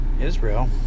Israel